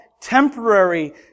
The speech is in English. temporary